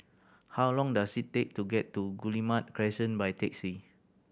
how long does it take to get to Guillemard Crescent by taxi